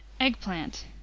Eggplant